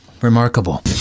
Remarkable